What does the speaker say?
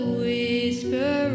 whisper